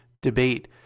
debate